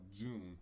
June